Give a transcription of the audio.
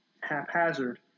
haphazard